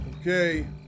Okay